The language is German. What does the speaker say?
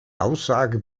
aussage